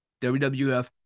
WWF